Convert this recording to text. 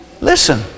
Listen